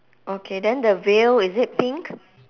okay then the veil is it pink